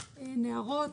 נהרות,